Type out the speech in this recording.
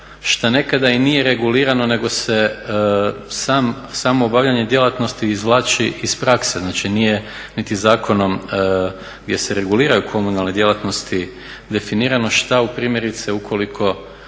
što nekada i nije regulirano nego se samo obavljanje djelatnosti izvlači iz prakse. Znači, nije niti zakonom gdje se reguliraju komunalne djelatnosti definirano što primjerice ukoliko